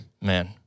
Man